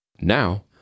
Now